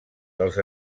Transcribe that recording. dels